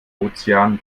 ozean